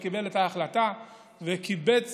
שקיבל את ההחלטה וקיבץ